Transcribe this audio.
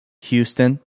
Houston